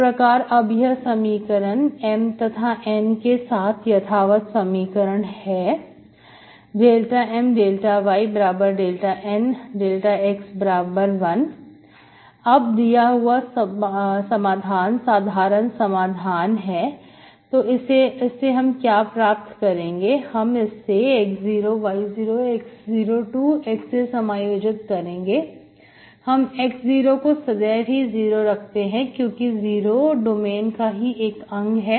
इस प्रकार अब यह समीकरण M तथा N के साथ यथावत समीकरण है ∂M∂y∂N∂x1 अब दिया हुआ समाधान साधारण समाधान है तो इसे हम क्या प्राप्त करेंगे हम इसे x0y0 x0 to x से समायोजित करेंगे हम x0 को सदैव ही 0 रखते हैं क्योंकि 0 डोमेन का ही एक अंग है